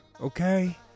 okay